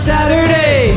Saturday